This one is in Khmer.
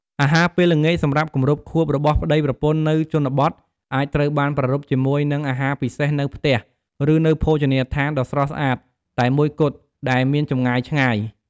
អាហារពេលល្ងាចសម្រាប់គម្រប់ខួបរបស់ប្តីប្រពន្ធនៅជនបទអាចត្រូវបានប្រារព្ធជាមួយនឹងអាហារពិសេសនៅផ្ទះ ឬនៅភោជនីយដ្ឋានដ៏ស្រស់ស្អាតតែមួយគត់ដែលមានចម្ងាយឆ្ងាយ។